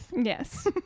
Yes